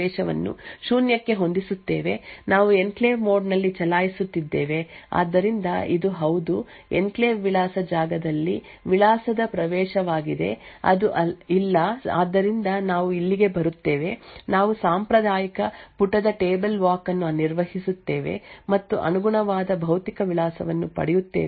ಆದ್ದರಿಂದ ಇದನ್ನು ಮತ್ತೆ ಅನುಸರಿಸುತ್ತೇವೆ ನಾವು ಎಂದಿನಂತೆ ಎನ್ಕ್ಲೇವ್ ಪ್ರವೇಶವನ್ನು ಶೂನ್ಯಕ್ಕೆ ಹೊಂದಿಸುತ್ತೇವೆ ನಾವು ಎನ್ಕ್ಲೇವ್ ಮೋಡ್ ನಲ್ಲಿ ಚಲಾಯಿಸುತ್ತಿದ್ದೇವೆ ಆದ್ದರಿಂದ ಇದು ಹೌದು ಎನ್ಕ್ಲೇವ್ ವಿಳಾಸ ಜಾಗದಲ್ಲಿ ವಿಳಾಸದ ಪ್ರವೇಶವಾಗಿದೆ ಅದು ಇಲ್ಲ ಆದ್ದರಿಂದ ನಾವು ಇಲ್ಲಿಗೆ ಬರುತ್ತೇವೆ ನಾವು ಸಾಂಪ್ರದಾಯಿಕ ಪುಟದ ಟೇಬಲ್ ವಾಕ್ ಅನ್ನು ನಿರ್ವಹಿಸುತ್ತೇವೆ ಮತ್ತು ಅನುಗುಣವಾದ ಭೌತಿಕ ವಿಳಾಸವನ್ನು ಪಡೆಯುತ್ತೇವೆ